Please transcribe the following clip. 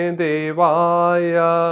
devaya